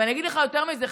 ואני אגיד לך יותר מזה,